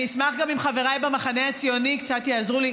אני אשמח אם גם חבריי במחנה הציוני קצת יעזרו לי.